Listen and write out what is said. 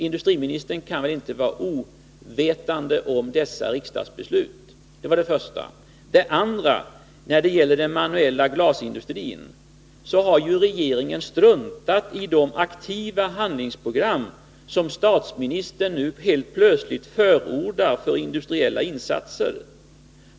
Industriministern kan väl inte vara ovetande om dessa riksdagsbeslut. 2. När det gäller den manuella glasindustrin har ju regeringen struntat i de aktiva handlingsprogram som statsministern nu helt plötsligt förordar för industriella insatser.